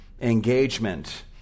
engagement